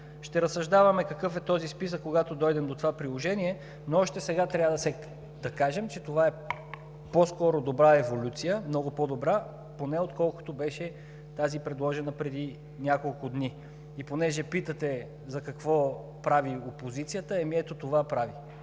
Ще разсъждаваме какъв е този списък, когато дойдем до това приложение, но още отсега трябва да кажем, че това по-скоро е добра еволюция – много по-добра, отколкото беше предложената преди няколко дни. И понеже питате: какво прави опозицията – ето, това прави: